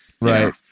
Right